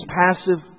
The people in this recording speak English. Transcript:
passive